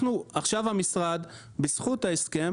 המשרד נכנס למקטע בזכות ההסכם,